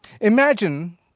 Imagine